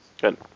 Good